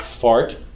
Fart